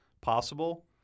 possible